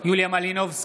יוליה מלינובסקי,